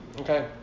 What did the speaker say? Okay